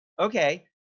Okay